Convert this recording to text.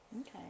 Okay